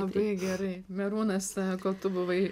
labai gerai merūnas e kol tu buvai